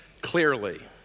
clearly